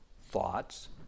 thoughts